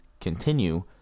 continue